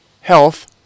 health